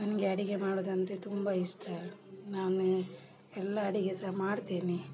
ನನಗೆ ಅಡುಗೆ ಮಾಡುದಂದರೆ ತುಂಬ ಇಷ್ಟ ನಾನು ಎಲ್ಲ ಅಡುಗೆ ಸಹ ಮಾಡ್ತೇನೆ